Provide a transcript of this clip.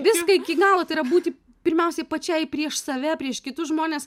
viską iki galo tai yra būti pirmiausiai pačiai prieš save prieš kitus žmones